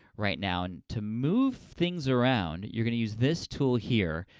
right now. and to move things around, you're gonna use this tool, here,